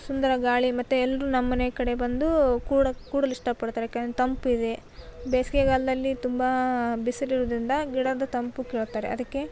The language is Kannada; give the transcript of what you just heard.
ಸುಂದರ ಗಾಳಿ ಮತ್ತು ಎಲ್ಲರೂ ನಮ್ಮನೆಯ ಕಡೆ ಬಂದು ಕೂಡ ಕೂಡಲು ಇಷ್ಟಪಡ್ತಾರೆ ಯಾಕೆಂದರೆ ತಂಪಿದೆ ಬೇಸಿಗೆಗಾಲ್ದಲ್ಲಿ ತುಂಬ ಬಿಸಿಲಿರುವುದ್ರಿಂದ ಗಿಡದ ತಂಪು ಕೇಳ್ತಾರೆ ಅದಕ್ಕೆ